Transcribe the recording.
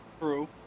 True